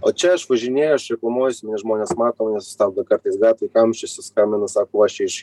o čia aš važinėju aš reklamuojuosi mane žmonės mato mane sustabdo kartais gatvėj kamščiuose skambina sako va aš čia iš